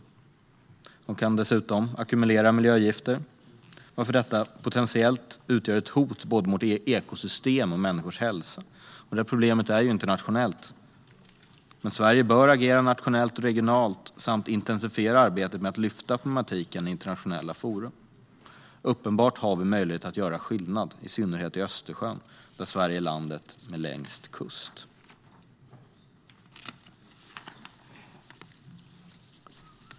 Plastartiklar kan dessutom ackumulera miljögifter, varför detta potentiellt utgör ett hot mot både ekosystem och människors hälsa. Problemet är internationellt, men Sverige bör agera nationellt och regionalt och också intensifiera arbetet med att ta upp problematiken i internationella forum. Uppenbart har vi möjlighet att göra skillnad, i synnerhet i Östersjön, där Sverige är landet med längst kust.